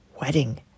wedding